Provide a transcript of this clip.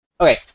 Okay